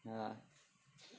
ya lah